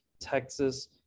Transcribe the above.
Texas